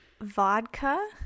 vodka